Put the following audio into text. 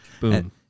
Boom